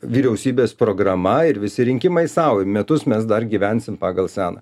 vyriausybės programa ir visi rinkimai sau metus mes dar gyvensim pagal seną